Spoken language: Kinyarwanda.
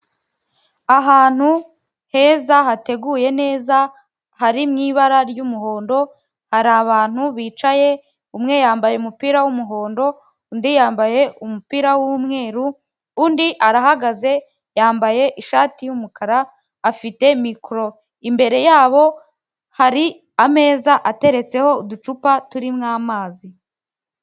Ahantu heza hateguye neza, hari mu ibara ry'umuhondo, hari abantu bicaye, umwe yambaye umupira w'umuhondo, undi yambaye umupira w'umweru, undi arahagaze yambaye ishati y'umukara, afite mikoro. Imbere yabo hari ameza ateretseho uducupa turimo amazi.